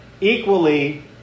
equally